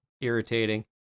irritating